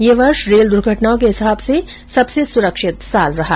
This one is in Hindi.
यह वर्ष रेल दुर्घटनाओं के हिसाब से सबसे सुरक्षित साल रहा